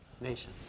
Nation